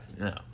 No